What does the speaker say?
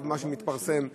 מה שמתפרסם עכשיו,